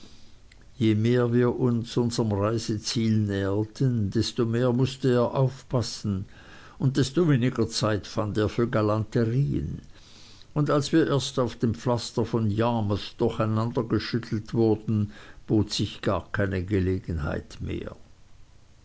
je mehr wir uns unserm reiseziel näherten desto mehr mußte er aufpassen und desto weniger zeit fand er für galanterien und als wir erst auf dem pflaster von yarmouth durcheinandergeschüttelt wurden bot sich gar keine gelegenheit mehr